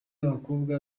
abakobwa